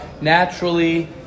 naturally